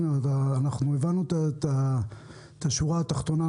אנחנו הבנו את השורה התחתונה.